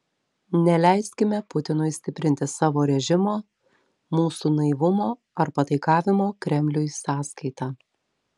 neleiskime putinui stiprinti savo režimo mūsų naivumo ar pataikavimo kremliui sąskaita